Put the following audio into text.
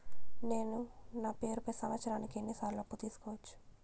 నేను నా పేరుపై సంవత్సరానికి ఎన్ని సార్లు అప్పు తీసుకోవచ్చు?